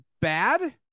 bad